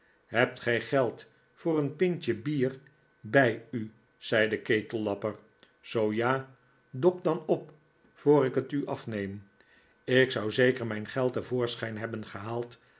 hebt gij geld voor een pintje bier bij u zei de ketellapper zoo ja dok dan op voor ik het u afneem ik zou zeker mijn geld te voorschijn hebben gehaald